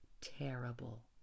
terrible